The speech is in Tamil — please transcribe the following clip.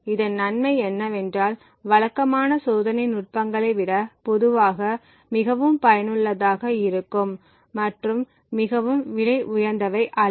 இதன் நன்மை என்னவென்றால் வழக்கமான சோதனை நுட்பங்களை விட பொதுவாக மிகவும் பயனுள்ளதாக இருக்கும் மற்றும் மிகவும் விலை உயர்ந்தவை அல்ல